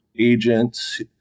agents